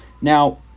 now